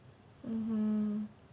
hmm